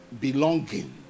belonging